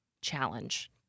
challenge